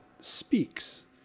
speaks